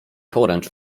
poręcz